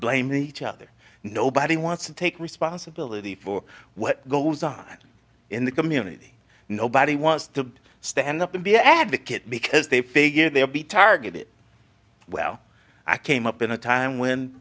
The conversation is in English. blaming each other and nobody wants to take responsibility for what goes on in the community nobody wants to stand up and be a advocate because they figure they'll be targeted well i came up in a time when